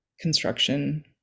construction